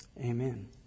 amen